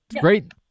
great